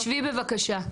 תשבי בבקשה,